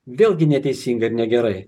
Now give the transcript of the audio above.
vėlgi neteisinga ir negerai